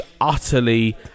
utterly